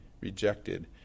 rejected